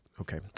Okay